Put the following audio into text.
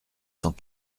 cent